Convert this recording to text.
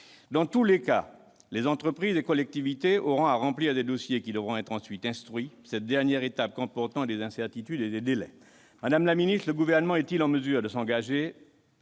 Dans tous les cas, entreprises et collectivités auront à remplir des dossiers qui devront ensuite être instruits, cette dernière étape comportant des incertitudes et entraînant des délais d'attente. Madame la ministre, le Gouvernement est-il en mesure de s'engager à